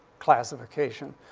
classification.